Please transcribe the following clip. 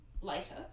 later